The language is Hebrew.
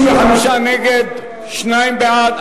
65 נגד, שניים בעד.